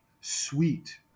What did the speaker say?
sweet